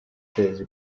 kwezi